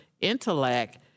intellect